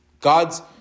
God's